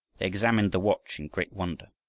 they examined the watch in great wonder.